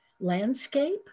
landscape